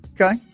Okay